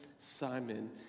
Simon